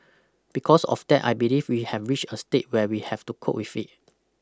because of that I believe we have reached a state where we have to cope with it